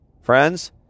Friends